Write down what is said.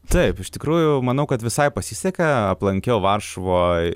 taip iš tikrųjų manau kad visai pasisekea aplankiau varšuvoj